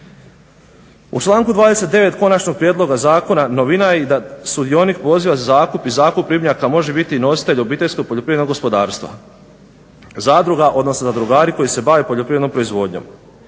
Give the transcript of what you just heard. U članku 29. konačnog prijedloga zakona novina je i da su i … za zakup i zakup ribnjaka može biti nositelj OPG, zadruga odnosno zadrugari koji se bave poljoprivredno proizvodnjom.